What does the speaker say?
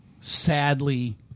sadly